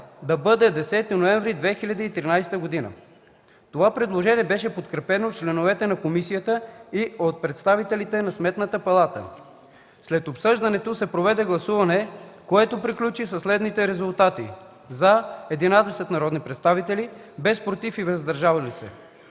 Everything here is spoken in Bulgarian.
да бъде 10 ноември 2013 г. Това предложение беше подкрепено от членовете на Комисията и от представителите на Сметната палата. След обсъждането се проведе гласуване, което приключи със следните резултати: „за” – 11 народни представители, без „против” и „въздържали се”.